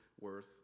worth